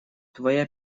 твоя